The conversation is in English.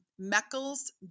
Meckel's